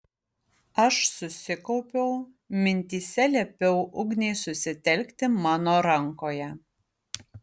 aš susikaupiau mintyse liepiau ugniai susitelkti mano rankoje